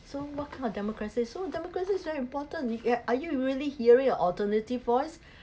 so what kind of democracy so democracy is very important you are are you really hearing a alternative voice